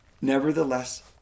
Nevertheless